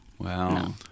Wow